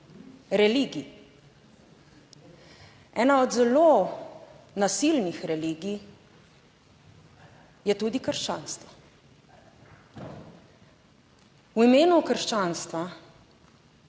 religij. Ena od zelo nasilnih religij je tudi krščanstvo. V imenu krščanstva,